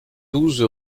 douze